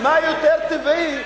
מה יותר טבעי,